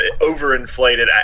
overinflated